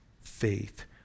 faith